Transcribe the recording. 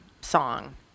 song